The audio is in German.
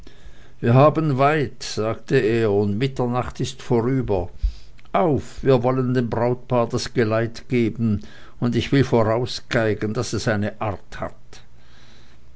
wir haben weit rief er und mitternacht ist vorüber auf wir wollen dem brautpaar das geleit geben und ich will vorausgeigen daß es eine art hat